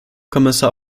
kommissar